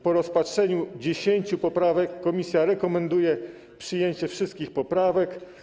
Po rozpatrzeniu 10 poprawek komisja rekomenduje przyjęcie wszystkich poprawek.